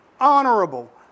honorable